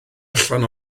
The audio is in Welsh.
allan